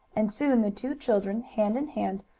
and soon the two children, hand in hand,